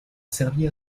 servi